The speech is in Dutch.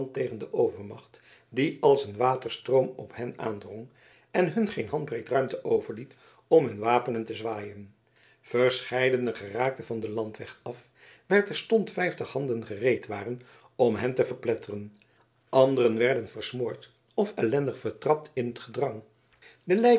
tegen de overmacht die als een waterstroom op hen aandrong en hun geen handbreed ruimte overliet om hun wapenen te zwaaien verscheidenen geraakten van den landweg af waar terstond vijftig handen gereed waren om hen te verpletteren anderen werden versmoord of ellendig vertrapt in het gedrang de